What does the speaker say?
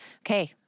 okay